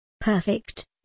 Perfect